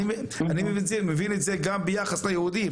אני מבין את זה גם ביחס ליהודים,